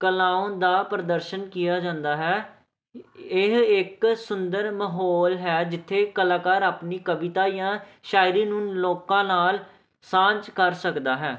ਕਲਾਉਣ ਦਾ ਪ੍ਰਦਰਸ਼ਨ ਕੀਆ ਜਾਂਦਾ ਹੈ ਇਹ ਇੱਕ ਸੁੰਦਰ ਮਾਹੌਲ ਹੈ ਜਿੱਥੇ ਕਲਾਕਾਰ ਆਪਣੀ ਕਵਿਤਾ ਜਾਂ ਸ਼ਾਇਰੀ ਨੂੰ ਲੋਕਾਂ ਨਾਲ ਸਾਂਝ ਕਰ ਸਕਦਾ ਹੈ